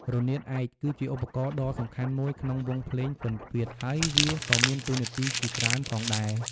រនាតឯក គឺជាឧបករណ៍ដ៏សំខាន់មួយក្នុងវង់ភ្លេងពិណពាទ្យ ហើយវាក៏មានតួនាទីជាច្រើនផងដែរ។